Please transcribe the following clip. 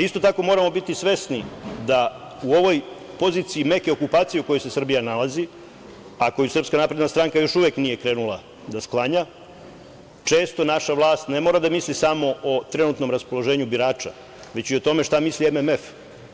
Isto tako moramo biti svesni da u ovoj poziciji, neke okupacije u kojoj se Srbija nalazi, a koju SNS još uvek nije krenula da sklanja, često naša vlast ne mora da misli samo o trenutnom raspoloženju birača, već i o tome šta misli MMF